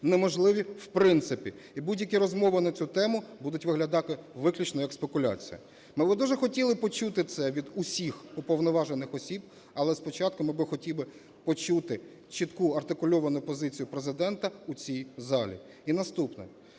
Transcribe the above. неможливі в принципі. І будь-які розмови на цю тему будуть виглядати виключно як спекуляція. Ми би дуже хотіли почути це від усіх уповноважених осіб, але спочатку ми би хотіли почути чітку, артикульовану позицію Президента у цій залі. І наступне.